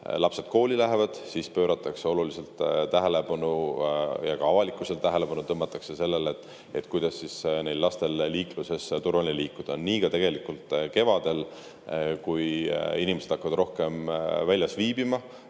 lapsed kooli, siis pööratakse oluliselt tähelepanu ja ka avalikkuse tähelepanu tõmmatakse sellele, kuidas lastel on liikluses turvaline liikuda. Nii on tegelikult ka kevadel, kui inimesed hakkavad rohkem väljas viibima.